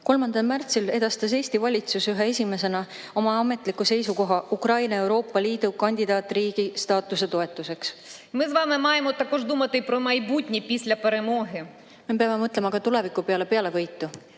3. märtsil edastas Eesti valitsus ühena esimestest oma ametliku seisukoha Ukrainale Euroopa Liidu kandidaatriigi staatuse andmise toetuseks.Me peame mõtlema ka tuleviku peale, [mis